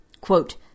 Quote